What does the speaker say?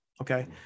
okay